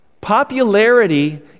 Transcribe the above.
Popularity